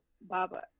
Baba